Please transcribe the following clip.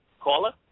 caller